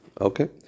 Okay